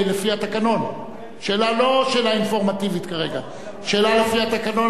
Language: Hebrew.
שאלה לפי התקנון?